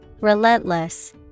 Relentless